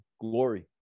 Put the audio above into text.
glory